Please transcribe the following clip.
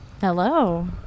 Hello